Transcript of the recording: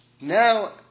now